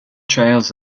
trails